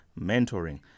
mentoring